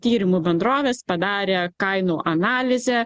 tyrimų bendrovės padarė kainų analizę